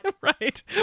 Right